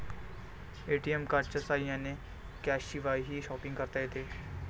ATM कार्डच्या साह्याने कॅशशिवायही शॉपिंग करता येते